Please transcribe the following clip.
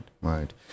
right